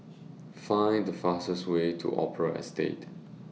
Find The fastest Way to Opera Estate